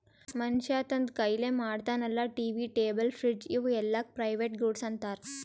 ಮನ್ಶ್ಯಾ ತಂದ್ ಕೈಲೆ ಮಾಡ್ತಾನ ಅಲ್ಲಾ ಟಿ.ವಿ, ಟೇಬಲ್, ಫ್ರಿಡ್ಜ್ ಇವೂ ಎಲ್ಲಾಕ್ ಪ್ರೈವೇಟ್ ಗೂಡ್ಸ್ ಅಂತಾರ್